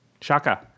Shaka